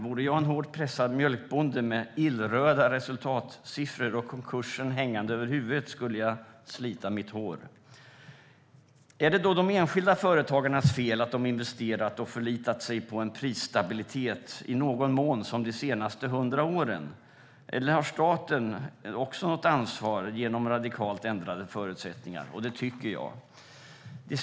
Vore jag en hårt pressad mjölkbonde med illröda resultatsiffror och konkursen hängande över huvudet skulle jag slita mitt hår. Är det då de enskilda företagarnas fel att de investerat och i någon mån förlitat sig på den prisstabilitet som rått de senaste 100 åren? Eller har staten också ett ansvar genom radikalt ändrade förutsättningar? Det senare är vad jag tycker.